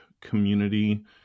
community